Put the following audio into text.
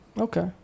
Okay